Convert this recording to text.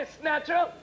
snatcher